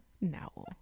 no